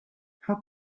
how